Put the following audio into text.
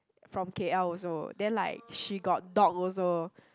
from K_L also then like she got dog also